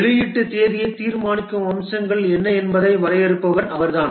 வெளியீட்டு தேதியைத் தீர்மானிக்கும் அம்சங்கள் என்ன என்பதை வரையறுப்பவர் அவர்தான்